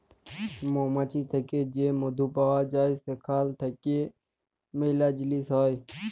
মমাছি থ্যাকে যে মধু পাউয়া যায় সেখাল থ্যাইকে ম্যালা জিলিস হ্যয়